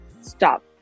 stop